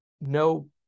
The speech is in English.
no